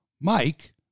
Mike